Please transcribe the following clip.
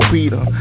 Peter